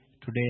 Today